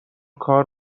کار